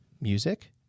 music